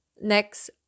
Next